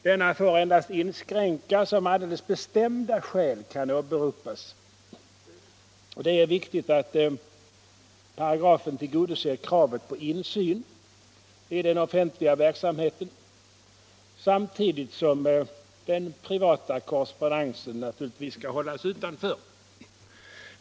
Denna får endast inskränkas om alldeles bestämda skäl kan åberopas. Det är viktigt att paragrafen tillgodoser kravet på insyn i den offentliga verksamheten, samtidigt som den privata korrespondensen naturligtvis skall hållas utanför.